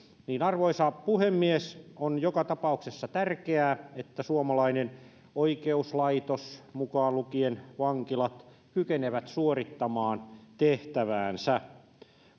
arvoisa puhemies on joka tapauksessa tärkeää että suomalainen oikeuslaitos mukaan lukien vankilat kykenee suorittamaan tehtäväänsä